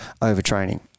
overtraining